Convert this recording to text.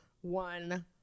one